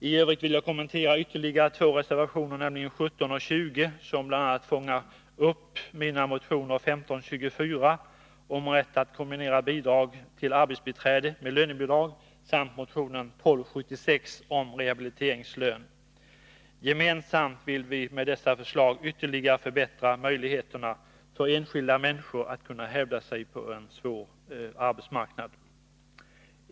I övrigt vill jag kommentera ytterligare två reservationer, nämligen reservationerna 17 och 20, som bl.a. fångar upp min motion 1524 om rätt att kombinera bidrag till arbetsbiträde med lönebidrag och min motion 1276 om rehabiliteringslön. Gemensamt vill vi med dessa förslag ytterligare förbättra möjligheterna för enskilda människor att hävda sig på en svår arbetsmarknad.